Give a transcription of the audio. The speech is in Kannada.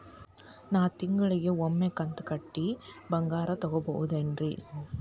ನಾ ತಿಂಗಳಿಗ ಒಮ್ಮೆ ಕಂತ ಕಟ್ಟಿ ಬಂಗಾರ ತಗೋಬಹುದೇನ್ರಿ?